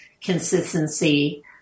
consistency